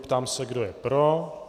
Ptám se, kdo je pro.